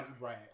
right